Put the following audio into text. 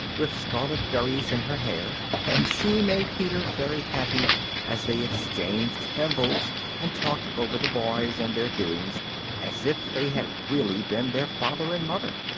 with scarlet berries in her hair, and she made peter very happy as they exchanged thimbles and talked over the boys and their doings as if they had really been their father and mother.